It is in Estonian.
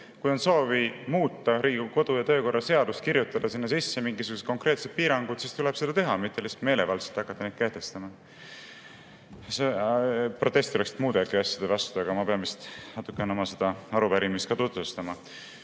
Kui on soovi muuta Riigikogu kodu- ja töökorra seadust, kirjutada sinna sisse mingisugused konkreetsed piirangud, siis tuleb seda teha, mitte lihtsalt meelevaldselt hakata neid kehtestama. Protestida oleks muudegi asjade vastu, aga ma pean vist natukene seda arupärimist ka tutvustama.